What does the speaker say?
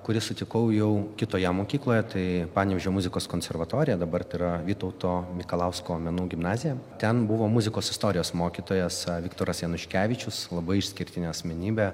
kurį sutikau jau kitoje mokykloje tai panevėžio muzikos konservatorija dabar tai yra vytauto mikalausko menų gimnazija ten buvo muzikos istorijos mokytojas viktoras januškevičius labai išskirtinė asmenybė